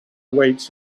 awaits